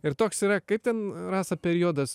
ir toks yra kaip ten rasa periodas